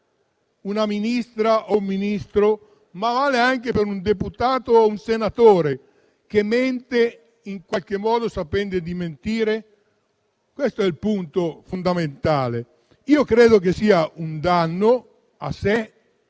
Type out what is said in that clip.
una Ministra o Ministro - ma vale anche per un deputato o un senatore - che mente, sapendo di mentire? Questo è il punto fondamentale. Credo che sia un danno a sé,